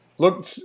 Look